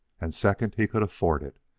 and second, he could afford it.